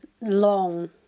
long